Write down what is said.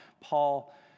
Paul